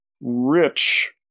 rich